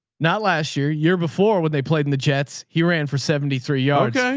not last year, year before when they played in the jets, he ran for seventy three yards.